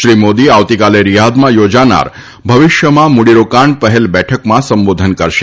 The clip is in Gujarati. શ્રી મોદી આવતીકાલે રિયાધમાં યોજાનાર ભવિષ્યમાં મૂડીરોકાણ પહેલ બેઠકમાં સંબોધન કરશે